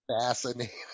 Fascinating